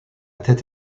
tête